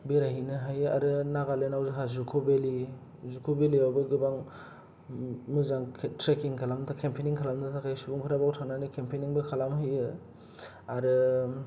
बेरायहैनो हायो आरो नागालेण्डआव जोंहा जुकबेलि जुकबेलिआवबो गोबां मोजां ट्रकिं खालामनो थाखाय केमपेनिं खालामनो थाखाय सुबुंफोरा बेव थांनानै केम्पेनिंबो खालाम हैयो आरो